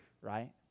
right